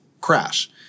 crash